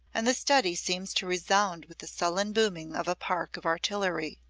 and the study seems to resound with the sullen booming of a park of artillery.